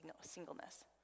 singleness